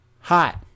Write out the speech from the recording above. Hot